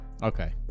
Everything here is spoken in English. Okay